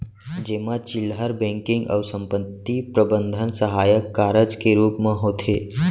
जेमा चिल्लहर बेंकिंग अउ संपत्ति प्रबंधन सहायक कारज के रूप म होथे